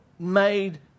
made